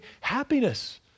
happiness